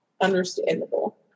understandable